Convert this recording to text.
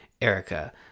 Erica